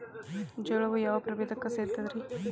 ಜೋಳವು ಯಾವ ಪ್ರಭೇದಕ್ಕ ಸೇರ್ತದ ರೇ?